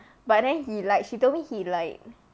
but then he lied she told me he lied